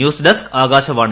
news desk Akashvani